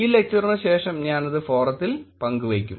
ഈ ലെക്ചറ്റിനു ശേഷം ഞാൻ അത് ഫോറത്തിൽ പങ്കുവെക്കും